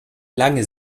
lange